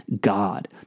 God